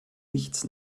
nichts